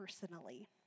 personally